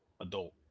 adult